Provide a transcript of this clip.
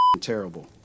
terrible